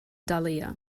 dahlia